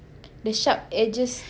the sharp edges